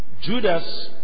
Judas